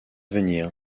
venir